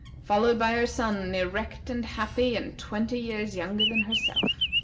followed by her son, erect and happy, and twenty years younger than herself.